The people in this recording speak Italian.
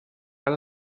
alla